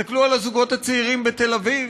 תסתכלו על הזוגות הצעירים בתל אביב,